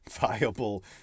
viable